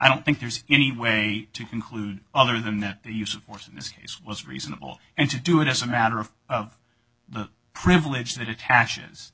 i don't think there's any way to conclude other than the use of force in this case was reasonable and to do it as a matter of privilege that attaches